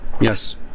Yes